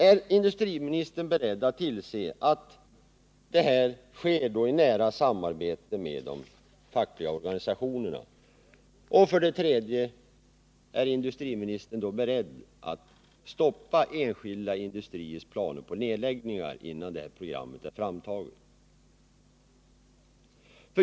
Är industriministern beredd att tillse att detta får ske i nära samarbete med de fackliga organisationerna? 3. Är industriministern beredd att stoppa enskilda industriers planer på nedläggningar innan programmet är framtaget?